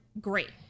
Great